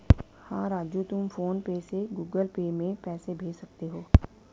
हां राजू तुम PhonePe से गुगल पे में पैसे भेज सकते हैं